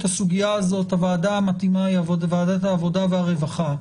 הסוגיה הזאת הועדה מתאימה היא ועדת העבודה והרווחה,